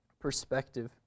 perspective